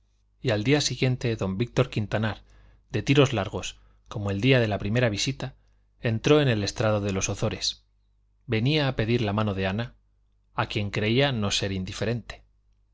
y al día siguiente don víctor quintanar de tiros largos como el día de la primera visita entró en el estrado de los ozores venía a pedir la mano de ana a quien creía no ser indiferente